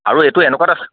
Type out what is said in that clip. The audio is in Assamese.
আৰু এইটো এনেকুৱাত